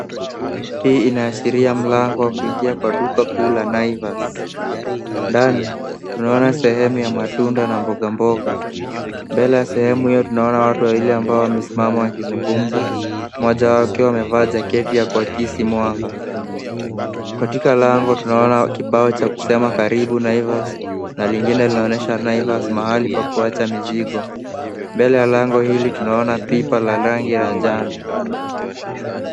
Hii inaashiria mlango wa duka kuu la Naivas. Ndani tunaona sehemu ya matunda na mboga mboga. Mbele ya sehemu hiyo tunaona watu wawili ambao wamesimama wakizungumza. Mmoja akiwa amevaa jaketi ya kuakisi mwanga. Katika lango tunaona kibao cha kusema karibu Naivas na lingine linaonyesha Naivas mahali pa kuacha mizigo. Mbele ya lango hili tunaona pipa la rangi ya njano.